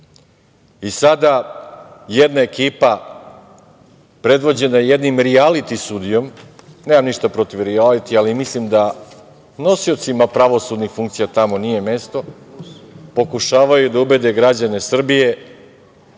jedna ekipa, predvođena jednim rijaliti sudijom, nemam ništa protiv rijalitija, ali mislim da nosiocima pravosudnih funkcija tamo nije mesto, pokušavaju da ubede građane Srbije